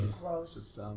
Gross